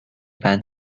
van